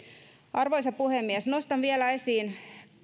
arvoisa puhemies nostan vielä esiin